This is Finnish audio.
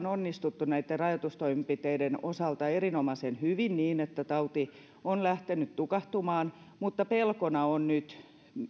onnistuttu näitten rajoitustoimenpiteiden osalta erinomaisen hyvin niin että tauti on lähtenyt tukahtumaan mutta pelkona on nyt